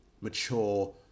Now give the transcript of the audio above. mature